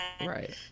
Right